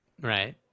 Right